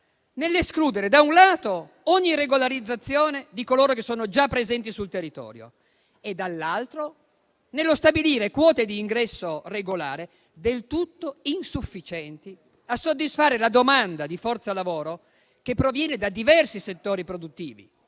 nell'escludere, da un lato, ogni regolarizzazione di coloro che sono già presenti sul territorio e, dall'altro, nello stabilire quote di ingresso regolare del tutto insufficienti a soddisfare la domanda di forza lavoro che proviene da diversi settori produttivi,